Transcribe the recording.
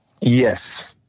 Yes